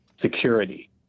security